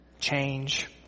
change